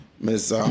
Miss